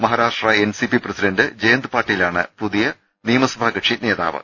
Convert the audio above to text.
Maharashtra N C P president Jayant Patil ആണ് പുതിയ നിയമസഭാകക്ഷി നേതാവ്